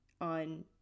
on